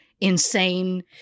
insane